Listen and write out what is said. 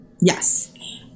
Yes